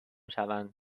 شوند